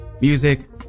music